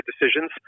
decisions